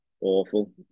awful